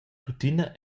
tuttina